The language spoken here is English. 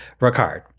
Ricard